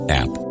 app